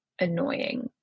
annoying